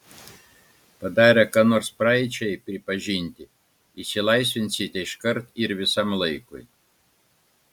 padarę ką nors praeičiai pripažinti išsilaisvinsite iškart ir visam laikui